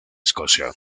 escocia